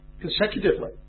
consecutively